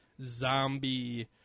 zombie